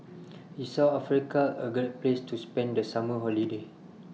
IS South Africa A Great Place to spend The Summer Holiday